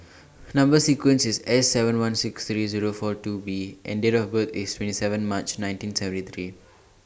Number sequence IS S seven one six Zero three four two B and Date of birth IS twenty seven March nineteen seventy three